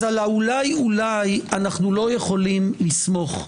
אז על האולי-אולי אנו לא יכולים לסמוך.